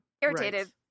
irritated